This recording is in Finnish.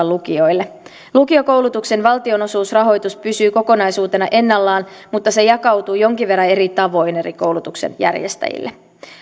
lukioille lukiokoulutuksen valtionosuusrahoitus pysyy kokonaisuutena ennallaan mutta se jakautuu jonkin verran eri tavoin eri koulutuksenjärjestäjille